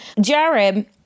Jared